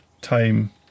time